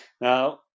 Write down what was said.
Now